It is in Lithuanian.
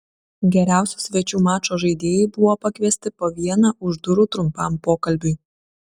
geriausi svečių mačo žaidėjai buvo pakviesti po vieną už durų trumpam pokalbiui